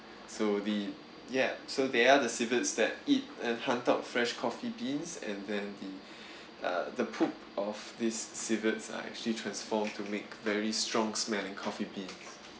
so the ya so they are the civets that eat and hunter of fresh coffee beans and then the uh the poop of this civets are actually transform to make very strong smelling coffee beans